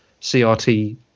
CRT